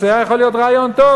שזה היה יכול להיות רעיון טוב.